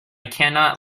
cannot